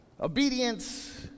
Obedience